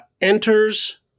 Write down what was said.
enters